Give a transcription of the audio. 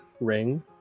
ring